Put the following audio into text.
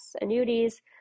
annuities